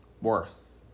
Worse